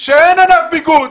שאין ענף ביגוד,